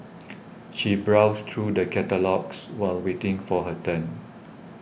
she browsed through the catalogues while waiting for her turn